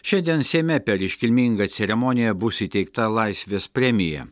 šiandien seime per iškilmingą ceremoniją bus įteikta laisvės premija